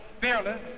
fearless